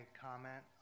comment